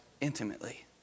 intimately